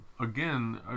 again